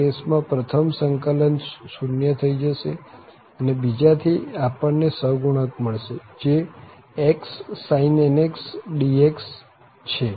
આ કેસ માં પ્રથમ સંકલન શૂન્ય થઇ જશે અને બીજા થી આપણ ને સહગુણક મળશે જે sin nx dx છે